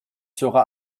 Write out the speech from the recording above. sera